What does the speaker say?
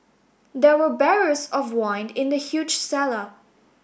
there were barrels of wine in the huge cellar